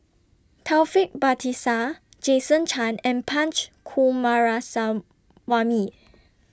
Taufik Batisah Jason Chan and Punch Coomaraswamy